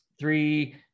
three